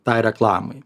tai reklamai